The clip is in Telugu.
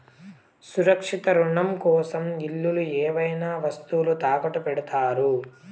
సురక్షిత రుణం కోసం ఇల్లు ఏవైనా వస్తువులు తాకట్టు పెడతారు